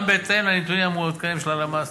גם בהתאם לנתונים המעודכנים של הלמ"ס.